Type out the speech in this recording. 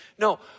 No